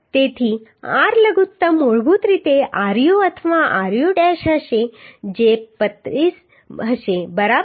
તેથી r લઘુત્તમ મૂળભૂત રીતે ru અથવા ru ડેશ હશે જે 35 હશે બરાબર